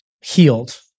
healed